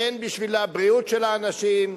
הן בשביל הבריאות של האנשים,